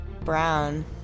Brown